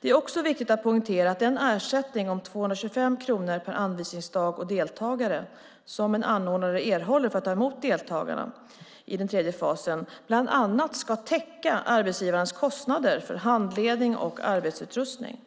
Det är också viktigt att poängtera att den ersättning om 225 kronor per anvisningsdag och deltagare som en anordnare erhåller för att ta emot deltagare i den tredje fasen bland annat ska täcka anordnarens kostnader för handledning och arbetsutrustning.